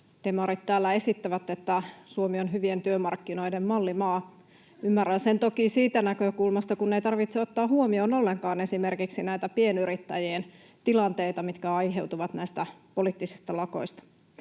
Demarit täällä esittävät, että Suomi on hyvien työmarkkinoiden mallimaa. Ymmärrän sen toki siitä näkökulmasta, kun ei tarvitse ottaa huomioon ollenkaan esimerkiksi näitä pienyrittäjien tilanteita, mitkä aiheutuvat näistä poliittisista lakoista.